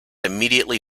immediately